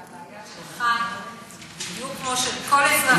זאת בעיה שלך בדיוק כמו של כל אזרחי מדינת ישראל.